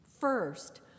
First